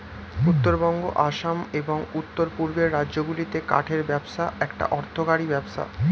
উত্তরবঙ্গ, আসাম, এবং উওর পূর্বের রাজ্যগুলিতে কাঠের ব্যবসা একটা অর্থকরী ব্যবসা